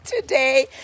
today